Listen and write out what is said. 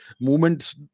movements